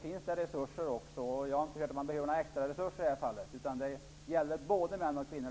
Jag har inte hört att man behöver några extraresurser i detta fall, utan det som satsas gäller både på män och kvinnor.